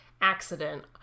accident